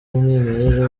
umwimerere